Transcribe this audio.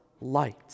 light